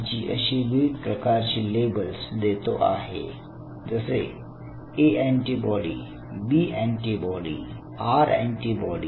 G अशी विविध प्रकारची लेबल्स देतो आहे जसे A antibody B antibody R antibody